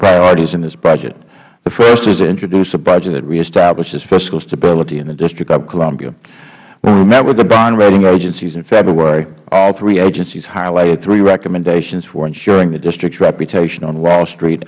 priorities in this budget the first is to introduce a budget that reestablishes fiscal stability in the district of columbia when we met with the bond rating agencies in february all three agencies highlighted three recommendations for ensuring the district's reputation on wall street